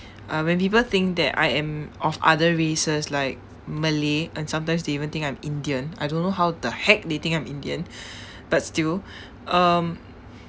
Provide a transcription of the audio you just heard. uh when people think that I am of other races like malay and sometimes they even think I'm indian I don't know how the heck they think I'm indian but still um